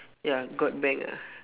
ya got bank ah